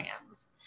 brands